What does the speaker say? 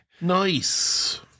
Nice